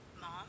Mom